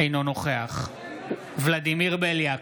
אינו נוכח ולדימיר בליאק,